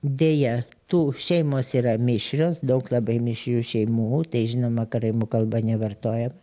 deja tų šeimos yra mišrios daug labai mišrių šeimų tai žinoma karaimų kalba nevartojam